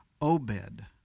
Obed